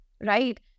Right